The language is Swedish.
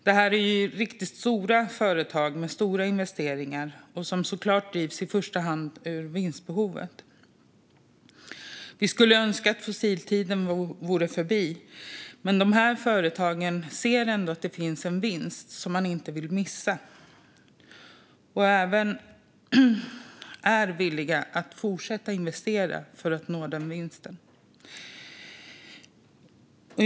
Det här är riktigt stora företag med stora investeringar som såklart i första hand drivs av vinstbehovet. Vi skulle önska att fossiltiden var förbi, men de här företagen ser ändå att det finns en vinst som de inte vill missa och även är villiga att fortsätta investera för att nå.